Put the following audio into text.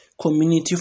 community